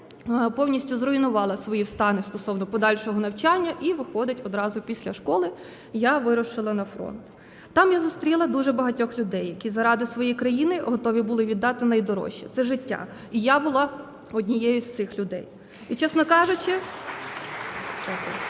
Повністю зруйнувала свої плани стосовно подальшого навчання, і виходить, одразу після школи я вирушила на фронт. Там я зустріла дуже багатьох людей, які заради своєї країни готові були віддати найдорожче – це життя. І я була однією із цих людей. (Оплески)